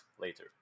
later